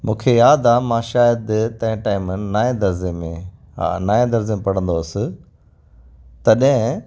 मूंखे यादि आहे मां शायदि तंहिं टाईम नाएं दर्ज़े हा नाएं दर्ज़े में पढ़ंदो हुअसि तॾहिं